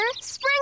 spring